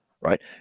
Right